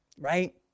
right